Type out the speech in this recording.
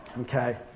Okay